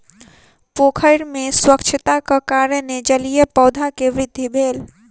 पोखैर में स्वच्छताक कारणेँ जलीय पौधा के वृद्धि भेल